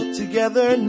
together